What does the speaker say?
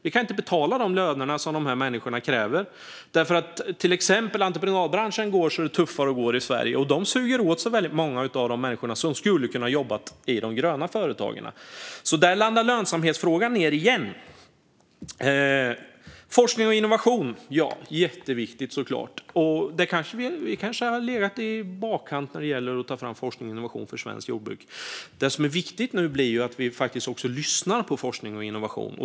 Vi kan inte betala de löner som dessa människor kräver. Till exempel entreprenadbranschen tuffar och går i Sverige. Den suger åt sig väldigt många av de människor som skulle ha kunnat jobba i de gröna företagen. Där landar lönsamhetsfrågan igen. Forskning och innovation är såklart jätteviktigt. Vi kanske har legat i bakkant när det gällt att ta fram forskning och innovation för svenskt jordbruk. Det som är viktigt nu blir att vi lyssnar på forskning och innovation.